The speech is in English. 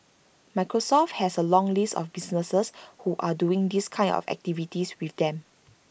Microsoft has A long list of businesses who are doing these kind of activities with them